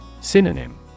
Synonym